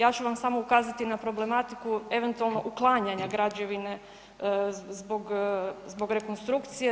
Ja ću vam samo ukazati na problematiku eventualno uklanjanja građevine zbog rekonstrukcije.